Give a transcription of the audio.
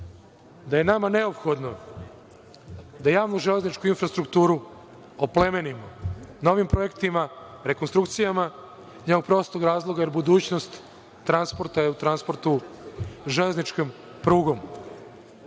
da je nama neophodno da javnu železničku infrastrukturu oplemenimo ovim projektima, rekonstrukcijama, iz jednog prostog razloga, jer budućnost transporta je u transportu železničkom prugom.